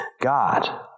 God